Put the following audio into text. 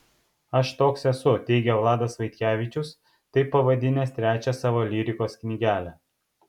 aš toks esu teigia vladas vaitkevičius taip pavadinęs trečią savo lyrikos knygelę